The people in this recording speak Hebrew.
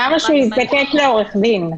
למה שהוא יזדקק לעורך דין?